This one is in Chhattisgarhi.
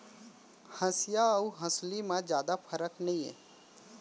हँसिया अउ हँसुली म जादा फरक नइये